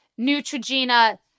Neutrogena